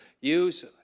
use